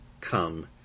Come